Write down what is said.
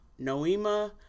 Noema